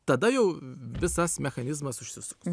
tada jau visas mechanizmas užsisuks